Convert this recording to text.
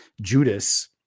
judas